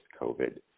COVID